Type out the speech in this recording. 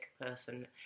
person